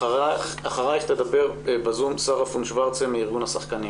אחרייך תדבר בזום שרה פון שוורצה מארגון השחקנים.